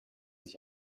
sich